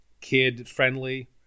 kid-friendly